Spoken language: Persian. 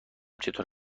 چطور